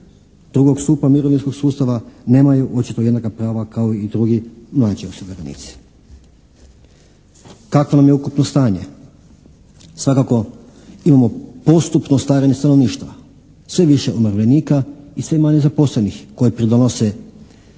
drugog stupa mirovinskog sustava nemaju očito jednaka prava kao i drugi mlađi osiguranici. Kakvo nam je ukupno stanje? Svakako imamo postupno starenje stanovništva, sve više umirovljenika i sve manje zaposlenih koji doprinose